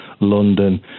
london